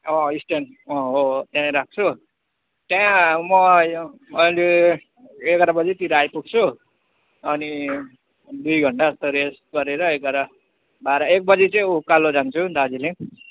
stand हो हो त्यही राख्छु त्यहाँ म अहिले एघार बजीतिर आइपुग्छु अनि दुई घन्टा जस्तो रेस्ट गरेर एघार बाह्र एक बजी चाहिँ उकालो जान्छु दार्जिलिङ